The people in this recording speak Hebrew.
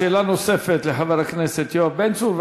שאלה נוספת לחבר הכנסת יואב בן צור,